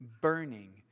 burning